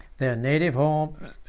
their native homes,